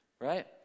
Right